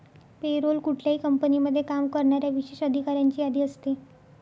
पे role कुठल्याही कंपनीमध्ये काम करणाऱ्या विशेष अधिकाऱ्यांची यादी असते